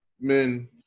men